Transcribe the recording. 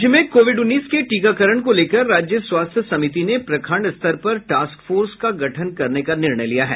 राज्य में कोविड उन्नीस के टीकाकरण को लेकर राज्य स्वास्थ्य समिति ने प्रखंड स्तर पर टास्क फोर्स का गठन करने का निर्णय लिया है